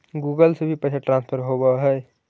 Google से भी पैसा ट्रांसफर होवहै?